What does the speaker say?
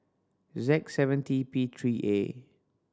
z seven T P three A